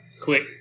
quick